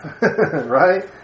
right